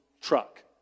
truck